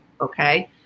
Okay